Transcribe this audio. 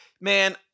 Man